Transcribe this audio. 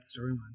storyline